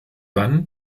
dann